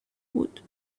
بود